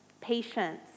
patience